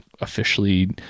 officially